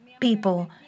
people